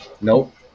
Nope